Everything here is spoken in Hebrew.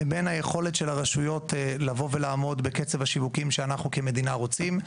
לבין היכולת של הרשויות לבוא ולעמוד בקצב השיווקים שאנחנו כמדינה רוצים.